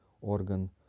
organ